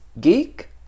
geek